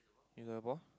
you got the ball